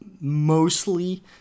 mostly